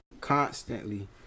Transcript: constantly